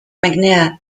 mcnair